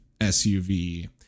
SUV